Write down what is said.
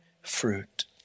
fruit